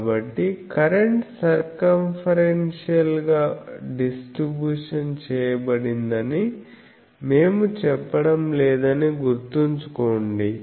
కాబట్టి current circumferential గా distribution చేయబడిందని మేము చెప్పడం లేదని గుర్తుంచుకోండి